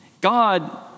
God